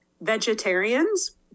Vegetarians